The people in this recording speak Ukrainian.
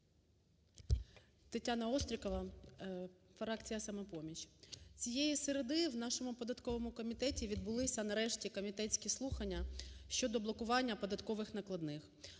Тетяна Острікова, фракція "Самопоміч" . Цієї середи в нашому податковому комітеті відбулися нарешті комітетські слухання щодо блокування податкових накладних.